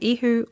Ihu